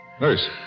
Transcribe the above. Nurse